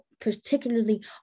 particularly